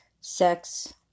Sex